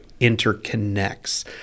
interconnects